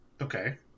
Okay